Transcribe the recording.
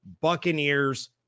Buccaneers